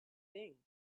thing